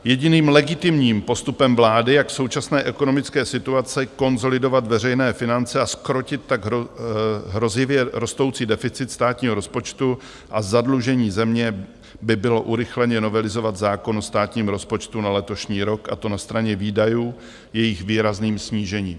Jediným legitimním postupem vlády, jak v současné ekonomické situaci konsolidovat veřejné finance a zkrotit tak hrozivě rostoucí deficit státního rozpočtu a zadlužení země, by bylo urychleně novelizovat zákon o státním rozpočtu na letošní rok, a to na straně výdajů jejich výrazným snížením.